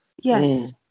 Yes